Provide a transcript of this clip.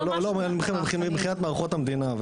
מבחינת מערכות המדינה,